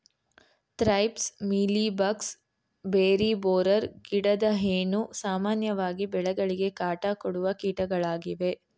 thrips, mealy bugs, berry borer, ಗಿಡದ ಹೇನು, ಸಾಮಾನ್ಯವಾಗಿ ಬೆಳೆಗಳಿಗೆ ಕಾಟ ಕೊಡುವ ಕೀಟಗಳಾಗಿವೆ